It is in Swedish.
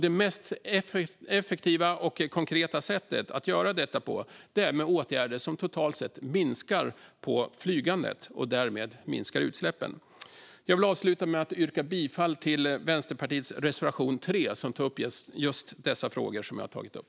Det mest effektiva och konkreta sättet att göra detta på är med åtgärder som totalt sett minskar flygandet och därmed minskar utsläppen. Jag vill avsluta med att yrka bifall till Vänsterpartiets reservation 3, som berör just de frågor jag nu har tagit upp.